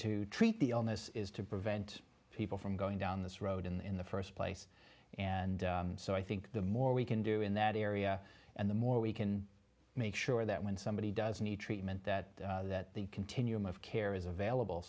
to treat the illness is to prevent people from going down this road in the first place and so i think the more we can do in that area and the more we can make sure that when somebody does need treatment that that the continuum of care is available